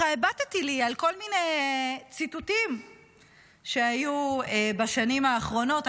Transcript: הבטתי על כל מיני ציטוטים שהיו בשנים האחרונות.